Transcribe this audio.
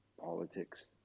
politics